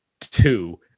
two